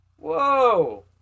Whoa